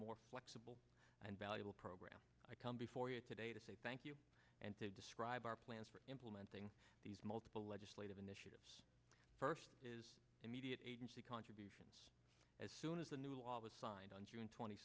more flexible and valuable program i come before you today to say thank you and to describe our plans for implementing these multiple legislative initiatives first is immediate agency contributions as soon as the new law was signed on june twenty